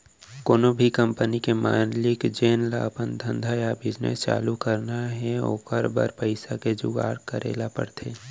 कोनो भी कंपनी के मालिक जेन ल अपन धंधा या बिजनेस चालू करना हे ओकर बर पइसा के जुगाड़ करे ल परथे